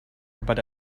but